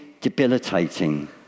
debilitating